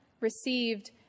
received